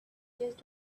just